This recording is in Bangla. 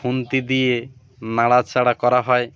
খুন্তি দিয়ে নাড়াচাড়া করা হয়